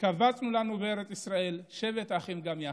התקבצנו לנו בארץ ישראל, שבת אחים גם יחד.